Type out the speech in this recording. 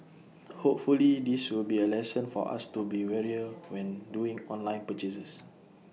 hopefully this will be A lesson for us to be warier when doing online purchases